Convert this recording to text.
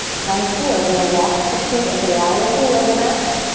from here, we're gonna walk the feet as wide as the yoga mat.